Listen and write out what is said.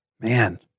man